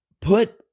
put